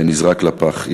שהיה נזרק לפח.